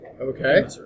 Okay